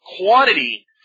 quantity